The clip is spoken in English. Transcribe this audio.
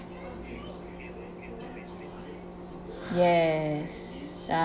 yes